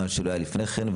מה שלא היה לפני כן,